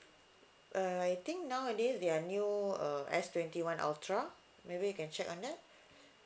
err I think nowadays they are new uh S twenty one ultra maybe you can check on that